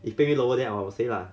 if pay me lower then I would say lah